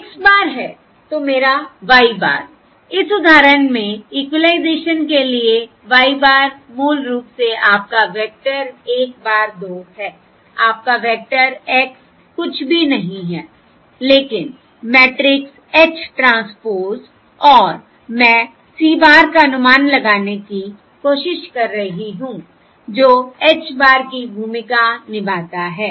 X बराबर है तो मेरा y bar इस उदाहरण में इक्विलाइजेशन के लिए y bar मूल रूप से आपका वेक्टर 1 bar 2 है आपका वेक्टर x कुछ भी नहीं है लेकिन मैट्रिक्स H ट्रांसपोज़ और मैं C bar का अनुमान लगाने की कोशिश कर रही हूं जो H bar की भूमिका निभाता है